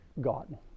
God